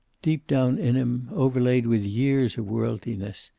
deep down in him, overlaid with years of worldliness,